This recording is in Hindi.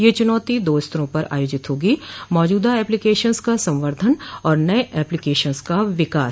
यह चुनौती दो स्तरों पर आयोजित होगी मौजूदा ऐप्लिकेशन्स का संवर्धन और नये ऐप्लिकेशन्स का विकास